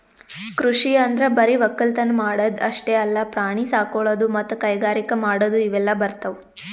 ಕೃಷಿ ಅಂದ್ರ ಬರಿ ವಕ್ಕಲತನ್ ಮಾಡದ್ ಅಷ್ಟೇ ಅಲ್ಲ ಪ್ರಾಣಿ ಸಾಕೊಳದು ಮತ್ತ್ ಕೈಗಾರಿಕ್ ಮಾಡದು ಇವೆಲ್ಲ ಬರ್ತವ್